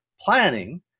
planning